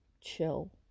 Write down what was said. chill